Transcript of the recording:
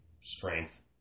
strength